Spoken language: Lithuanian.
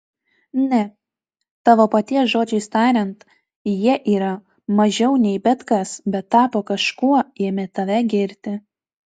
ne tavo paties žodžiais tariant jie yra mažiau nei bet kas bet tapo kažkuo ėmę tave girti